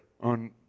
on